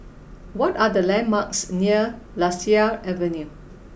what are the landmarks near Lasia Avenue